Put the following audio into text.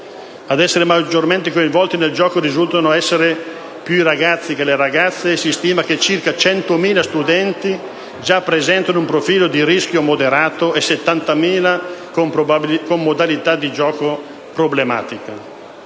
Ad essere maggiormente coinvolti nel gioco risultato essere più i ragazzi che le ragazze e si stima che circa 100.000 studenti già presentino un profilo di rischio moderato e circa 70.000 denotino quelli con una modalità di gioco problematica.